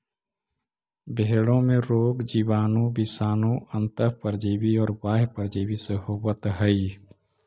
भेंड़ों में रोग जीवाणु, विषाणु, अन्तः परजीवी और बाह्य परजीवी से होवत हई